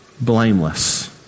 blameless